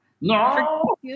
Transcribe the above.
No